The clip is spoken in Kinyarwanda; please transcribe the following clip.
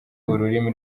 ururimi